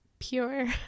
pure